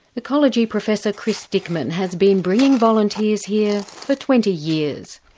ecology professor chris dickman has been bringing volunteers here for twenty years.